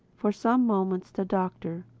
for some moments the doctor,